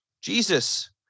Jesus